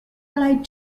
allied